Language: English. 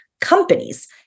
companies